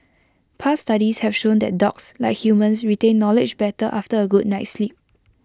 past studies have shown that dogs like humans retain knowledge better after A good night's sleep